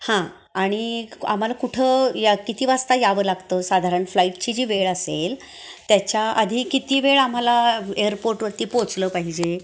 हां आणिक आम्हाला कुठं या किती वाजता यावं लागतं साधारण फ्लाइटची जी वेळ असेल त्याच्या आधी किती वेळ आम्हाला एअरपोर्टवरती पोहोचलं पाहिजे